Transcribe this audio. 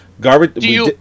Garbage